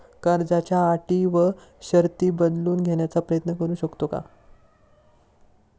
कर्जाच्या अटी व शर्ती बदलून घेण्याचा प्रयत्न करू शकतो का?